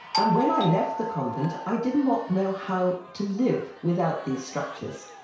and when i left the convent, i did not know how to live without these structures.